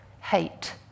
hate